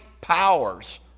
powers